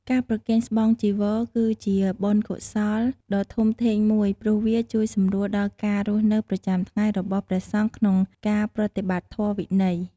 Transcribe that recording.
ការប្រគេនស្បង់ ចីវរ គឺជាបុណ្យកុសលដ៏ធំធេងមួយ ព្រោះវាជួយសម្រួលដល់ការរស់នៅប្រចាំថ្ងៃរបស់ព្រះសង្ឃក្នុងការប្រតិបត្តិធម៌វិន័យ។